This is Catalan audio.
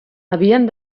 havien